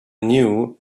knew